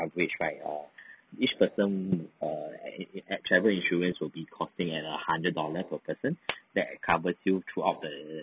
coverage by err each person err at at travel insurance will be costing a hundred dollar per person that covers you throughout the